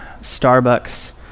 Starbucks